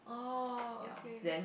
orh okay